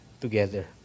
together